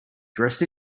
dressed